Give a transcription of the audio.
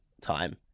time